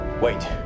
Wait